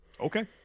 Okay